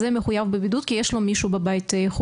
מחויב בבידוד כי יש לו מישהו חולה בבית?